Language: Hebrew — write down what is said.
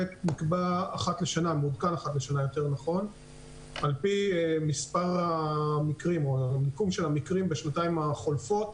נקבע אחת לשנה על פי מספר המקרים בשנים החולפות.